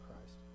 Christ